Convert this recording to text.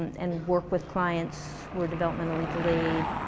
and work with clients who are developmentally delayed